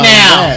now